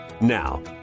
Now